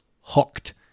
hooked